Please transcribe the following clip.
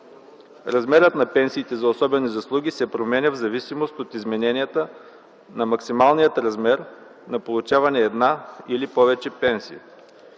Размерът на пенсиите за особени заслуги се променя в зависимост от измененията на максималния размер на получаваните една или повече пенсии.